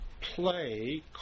play